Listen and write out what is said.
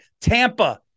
Tampa